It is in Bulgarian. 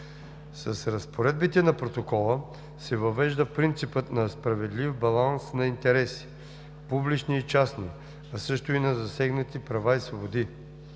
С разпоредбите на Протокола се въвежда принципът на справедлив баланс на интереси – публични и частни, а също и на засегнатите права и свободи.